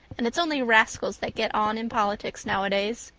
and it's only rascals that get on in politics nowadays.